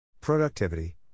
Productivity